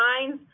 signs